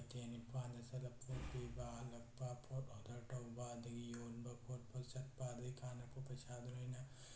ꯀꯩꯊꯦꯜ ꯏꯝꯐꯥꯜꯗ ꯆꯠꯂ ꯄꯣꯠ ꯄꯤꯕ ꯍꯜꯂꯛꯄ ꯄꯣꯠ ꯑꯣꯔꯗꯔ ꯇꯧꯕ ꯑꯗꯒꯤ ꯌꯣꯟꯕ ꯈꯣꯠꯄ ꯆꯠꯄ ꯑꯗꯩ ꯀꯥꯟꯅꯔꯛꯄ ꯄꯩꯁꯥꯗꯨꯅ ꯑꯩꯅ